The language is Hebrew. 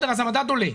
אז המדד עולה,